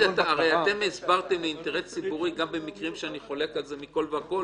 הרי אתם הסברתם אינטרס ציבורי גם במקרים שאני חולק עליהם מכל וכל,